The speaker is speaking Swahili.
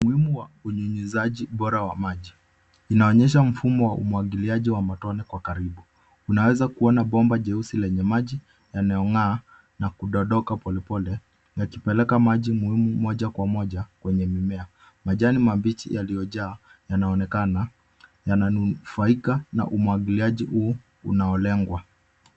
Umuhimu wa unyunyizaji bora wa maji inaonyesha mfumo wa umwagiliaji wa matone kwa karibu. Unaeza kuona bomba jeusi lenye maji yanayong'aa na kundondoka polepole yakipeleka maji muhimu moja kwa moja kwenye mimea. Majani mabichi yaliyojaa yanaonekana yananufaika na umwagiliaji huu unaolengwa.